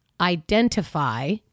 identify